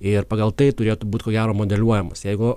ir pagal tai turėtų būt ko gero modeliuojamas jeigu